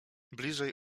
bliżej